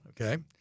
Okay